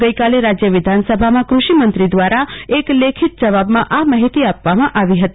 ગઈકાલે રાજય વિધાનસભામાં કૃષિમંત્રી દ્વારા એક લેખિત જવાબમાં આ માહિતી આપવામાં આવી હતી